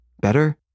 better